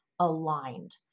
aligned